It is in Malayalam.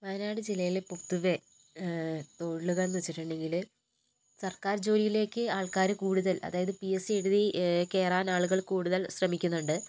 വയനാട് ജില്ലയിൽ പൊതുവെ തൊഴിലുകൾ എന്നു വച്ചിട്ടുണ്ടങ്കിൽ സർക്കാർ ജോലിയിലേയ്ക്ക് ആൾക്കാർ കൂടുതൽ അതായത് പി എസ് സി എഴുതി കയറാൻ ആളുകൾ കൂടുതൽ ശ്രമിക്കുന്നുണ്ട്